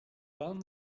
pan